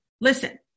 Listen